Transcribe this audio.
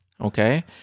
Okay